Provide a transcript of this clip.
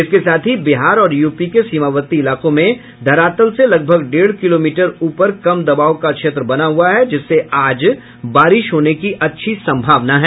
इसके साथ ही बिहार और यूपी के सीमावर्ती इलाकों में धरातल से लगभग डेढ़ किलोमीटर ऊपर कम दबाव का क्षेत्र बना हुआ है जिससे आज बारिश होने की अच्छी संभावना है